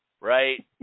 Right